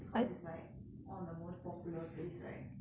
cause it's like one of the more popular place right